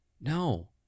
No